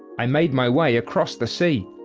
i made my way across the sea.